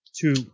Two